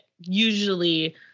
usually